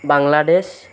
Bangladesh